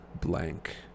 blank